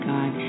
God